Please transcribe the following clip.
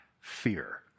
fear